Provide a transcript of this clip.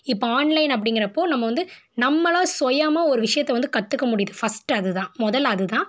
இப்போ ஆன்லைன் அப்படிங்கிறப்போ நம்ம வந்து நம்மளாக சுயமா ஒரு விஷியத்தை வந்து கற்றுக்க முடியுது ஃபர்ஸ்ட்டு அது தான் முதல் அது தான்